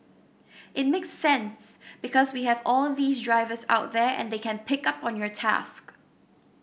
it makes sense because we have all these drivers out there and they can pick up on your task